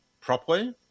properly